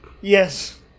Yes